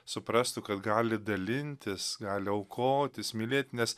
suprastų kad gali dalintis gali aukotis mylėti nes